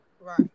Right